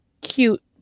cute